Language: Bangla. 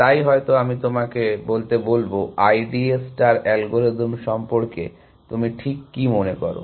তাই হয়তো আমি তোমাকে বলতে বলব I D A star algorithm সম্পর্কে তুমি ঠিক কী মনে করো